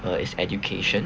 uh it's education